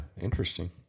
Interesting